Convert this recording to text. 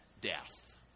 death